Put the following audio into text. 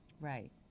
Right